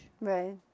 right